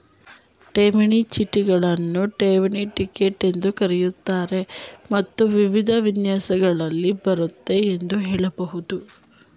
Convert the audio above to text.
ಠೇವಣಿ ಚೀಟಿಗಳನ್ನ ಠೇವಣಿ ಟಿಕೆಟ್ ಎಂದೂ ಕರೆಯುತ್ತಾರೆ ಮತ್ತು ವಿವಿಧ ವಿನ್ಯಾಸಗಳಲ್ಲಿ ಬರುತ್ತೆ ಎಂದು ಹೇಳಬಹುದು